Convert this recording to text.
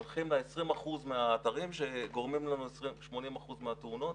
הולכים ל-20% מהאתרים שגורמים ל-80% מהתאונות